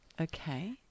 Okay